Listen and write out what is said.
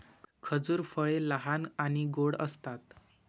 खजूर फळे लहान आणि गोड असतात